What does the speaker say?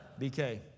BK